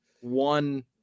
one